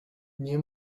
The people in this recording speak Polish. nie